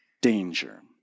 Danger